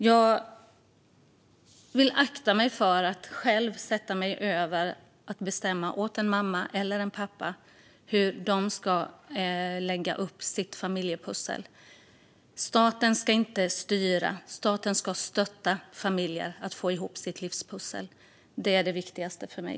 Jag vill akta mig för att sätta mig över detta och bestämma åt en mamma eller en pappa hur de ska lösa sitt familjepussel. Staten ska inte styra, utan staten ska stötta familjer så att de får ihop sitt livspussel. Det är det viktigaste för mig.